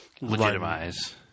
legitimize